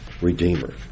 redeemer